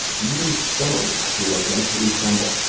even stones will eventually crumble.